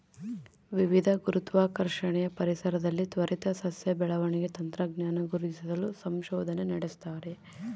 ವಿವಿಧ ಗುರುತ್ವಾಕರ್ಷಣೆಯ ಪರಿಸರದಲ್ಲಿ ತ್ವರಿತ ಸಸ್ಯ ಬೆಳವಣಿಗೆ ತಂತ್ರಜ್ಞಾನ ಗುರುತಿಸಲು ಸಂಶೋಧನೆ ನಡೆಸ್ತಾರೆ